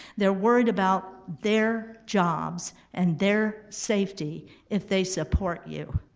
they're worried about their jobs and their safety if they support you.